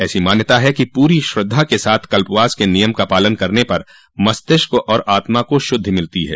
ऐसी मान्यता है कि पूरी श्रद्धा के साथ कल्पवास के नियम का पालन करने पर मस्तिष्क और आत्मा को शुद्धि मिलती है